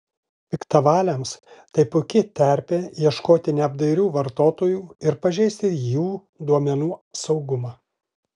piktavaliams tai puiki terpė ieškoti neapdairių vartotojų ir pažeisti jų duomenų saugumą